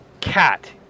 Cat